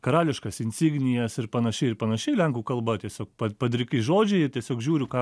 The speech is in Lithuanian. karališkas insignijas ir panašiai ir panašiai lenkų kalba tiesiog pa padriki žodžiai tiesiog žiūriu ką